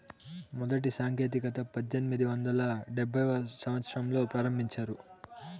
మొదటి సాంకేతికత పద్దెనిమిది వందల డెబ్భైవ సంవచ్చరంలో ప్రారంభించారు